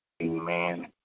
amen